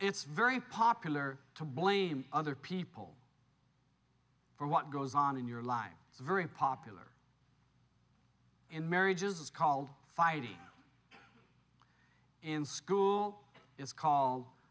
it's very popular to blame other people for what goes on in your life it's very popular in marriages it's called fighting in school it's